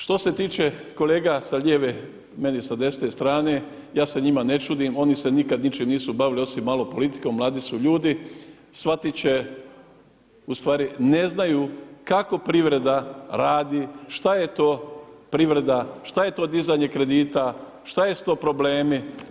Što se tiče kolega sa lijeve meni sa desne strane ja se njima ne čudim, oni se nikad ničim nisu bavili osim malo politikom, mladi su ljudi, shvatit će ustvari ne znaju kako privreda radi, šta je to privreda, šta je to dizanje kredita, šta su to problemi.